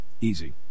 Easy